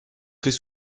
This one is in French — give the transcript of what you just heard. très